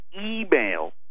email